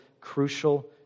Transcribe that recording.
crucial